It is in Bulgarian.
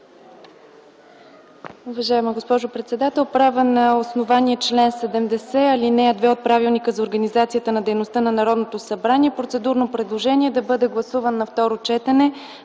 Уважаема госпожо председател! Правя на основание чл. 70, ал. 2 от Правилника за организацията и дейността на Народното събрание процедурно предложение да бъде гласуван на второ четене